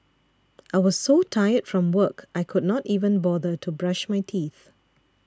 I was so tired from work I could not even bother to brush my teeth